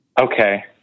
okay